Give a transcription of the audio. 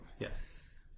Yes